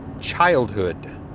childhood